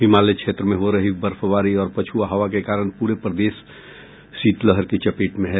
हिमालय क्षेत्र में हो रही बर्फबारी और पछुआ हवा के कारण पूरा प्रदेश शीतलहर की चपेट में है